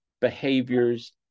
behaviors